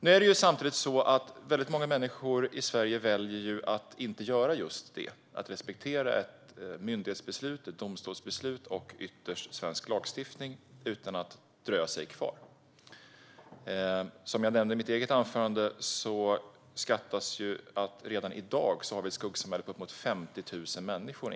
Nu är det samtidigt så att väldigt många människor i Sverige väljer att inte göra just det - att respektera ett myndighetsbeslut, ett domstolsbeslut, och ytterst svensk lagstiftning. I stället dröjer de sig kvar. Som jag nämnde i mitt eget anförande uppskattas det av civilorganisationer att vi redan i dag har ett skuggsamhälle på uppemot 50 000 människor.